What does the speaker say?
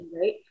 right